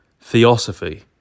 Theosophy